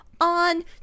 On